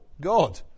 God